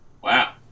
Wow